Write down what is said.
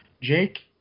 Jake